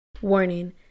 Warning